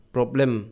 Problem